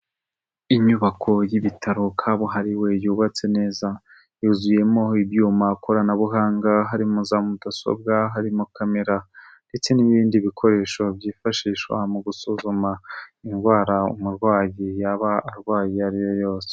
Inyubako y'ibitaro kabuhariwe yubatse neza, yuzuyemo ibyuma koranabuhanga harimo za mudasobwa, harimo kamera ndetse n'ibindi bikoresho byifashishwa mu gusuzuma indwara umurwayi yaba arwaye iyo ariyo yose.